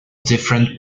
different